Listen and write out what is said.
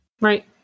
right